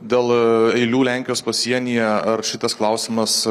dėl eilių lenkijos pasienyje ar šitas klausimas